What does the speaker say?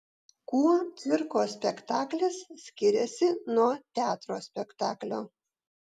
kuo cirko spektaklis skiriasi nuo teatro spektaklio